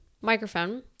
microphone